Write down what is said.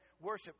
worship